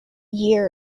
year